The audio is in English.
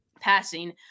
passing